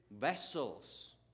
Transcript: vessels